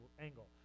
angle